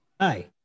Hi